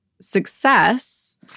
success